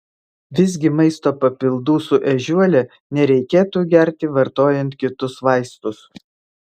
visgi maisto papildų su ežiuole nereikėtų gerti vartojant kitus vaistus